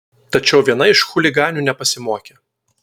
tačiau viena iš chuliganių nepasimokė